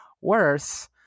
worse